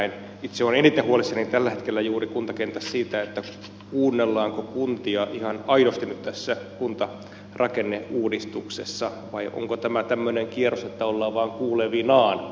itse olen eniten huolissani tällä hetkellä juuri kuntakentässä siitä kuunnellaanko kuntia ihan aidosti nyt tässä kuntarakenneuudistuksessa vai onko tämä tämmöinen kierros että ollaan vaan kuulevinaan kuntia